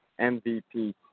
MVP